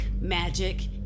magic